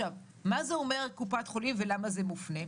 מה זה אומר קופת חולים ולמה זה מופנה?